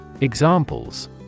Examples